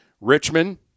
Richmond